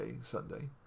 Sunday